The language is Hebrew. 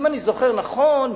אם אני זוכר נכון,